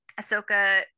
Ahsoka